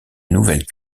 nouvelles